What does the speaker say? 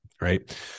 Right